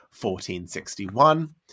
1461